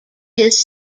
his